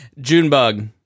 Junebug